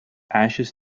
ashes